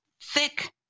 thick